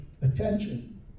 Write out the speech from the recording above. attention